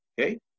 Okay